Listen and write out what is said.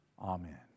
Amen